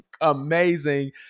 amazing